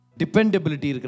dependability